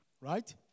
Right